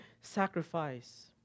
sacrifice